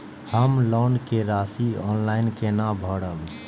हम लोन के राशि ऑनलाइन केना भरब?